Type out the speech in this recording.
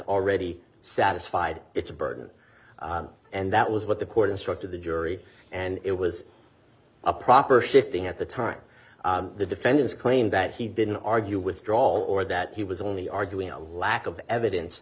already satisfied its burden and that was what the court instructed the jury and it was a proper shifting at the time the defendant's claim that he didn't argue with drawl or that he was only arguing a lack of evidence